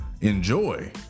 enjoy